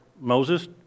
Moses